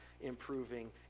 improving